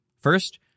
First